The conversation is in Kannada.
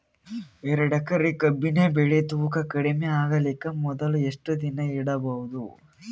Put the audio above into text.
ಎರಡೇಕರಿ ಕಬ್ಬಿನ್ ಬೆಳಿ ತೂಕ ಕಡಿಮೆ ಆಗಲಿಕ ಮೊದಲು ಎಷ್ಟ ದಿನ ಇಡಬಹುದು?